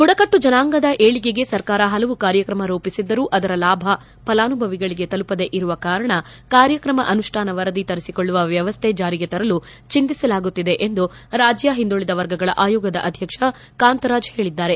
ಬುಡಕಟ್ಟು ಜನಾಂಗದ ಏಳಿಗೆಗೆ ಸರ್ಕಾರ ಹಲವು ಕಾರ್ಯಕ್ರಮ ರೂಪಸಿದ್ದರೂ ಅದರ ಲಾಭ ಫಲಾನುಭವಿಗಳಿಗೆ ತಲುಪದೇ ಇರುವ ಕಾರಣ ಕಾರ್ಯಕ್ರಮ ಅನುಷ್ಠಾನ ವರದಿ ತರಿಸಿಕೊಳ್ಳುವ ವ್ಯವಸ್ಥೆ ಜಾರಿಗೆ ತರಲು ಚಿಂತಿಸಲಾಗುತ್ತಿದೆ ಎಂದು ರಾಜ್ಯ ಹಿಂದುಳದ ವರ್ಗಗಳ ಆಯೋಗದ ಅಧ್ಯಕ್ಷ ಕಾಂತರಾಜ್ ಹೇಳಿದ್ದಾರೆ